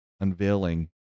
unveiling